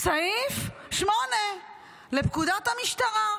סעיף 8 לפקודת המשטרה?